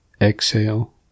exhale